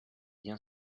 bien